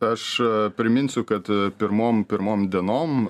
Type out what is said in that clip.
aš priminsiu kad pirmom pirmom dienom